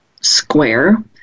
square